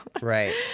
Right